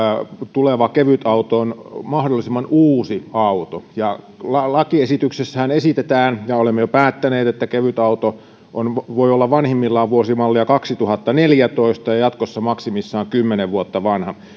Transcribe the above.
tuleva kevytauto on mahdollisimman uusi auto ja lakiesityksessähän esitetään ja olemme jo päättäneet että kevytauto voi olla vanhimmillaan vuosimallia kaksituhattaneljätoista ja jatkossa maksimissaan kymmenen vuotta vanha